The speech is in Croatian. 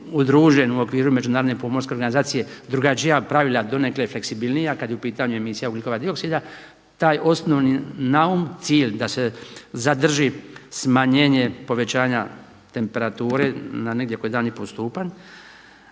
udružen u okviru Međunarodne pomorske organizacije drugačija pravila donekle fleksibilnija kad je u pitanju emisija ugljikova dioksida. Taj osnovno naum, cilj da se zadrži smanjenje povećanja temperature na negdje oko 1,50 u odnosu na